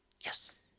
Yes